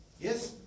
Yes